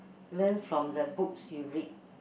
learn from the books you read